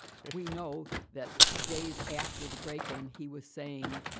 we know that days after the break. and he was saying,